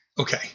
okay